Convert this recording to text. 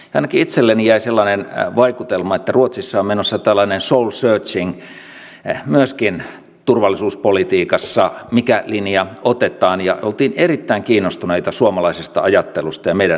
ainakin itselleni jäi sellainen vaikutelma että ruotsissa on menossa tällainen soul searching myöskin turvallisuuspolitiikassa että mikä linja otetaan ja oltiin erittäin kiinnostuneita suomalaisesta ajattelusta ja meidän näkökulmistamme